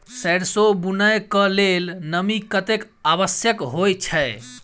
सैरसो बुनय कऽ लेल नमी कतेक आवश्यक होइ छै?